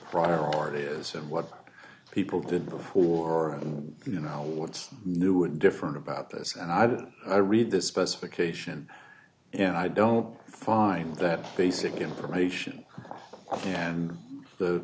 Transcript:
order is and what people did before you know what's new or different about this and i didn't read the specification and i don't find that basic information and the